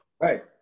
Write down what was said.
Right